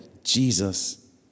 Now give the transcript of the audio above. jesus